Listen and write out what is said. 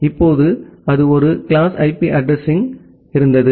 இப்போது அது ஒரு கிளாஸ் ஐபி அட்ரஸிங்க்கு இருந்தது